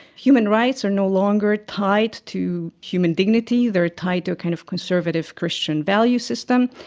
human rights are no longer tied to human dignity, they are tied to a kind of conservative christian value system.